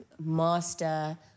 master